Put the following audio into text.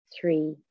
three